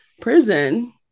prison